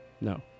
No